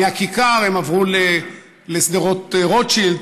מהכיכר הן עברו לשדרות רוטשילד.